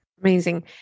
Amazing